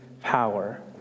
power